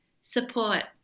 support